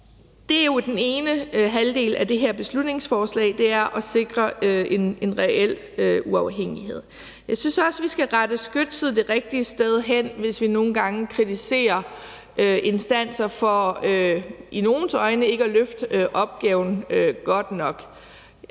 afgørende. Den ene halvdel af det her beslutningsforslag er at sikre en reel uafhængighed. Kl. 11:24 Jeg synes også, at vi skal rette skytset det rigtige sted hen, hvis vi nogle gange kritiserer instanser for i nogles øjne ikke at løfte opgaven godt nok.